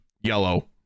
yellow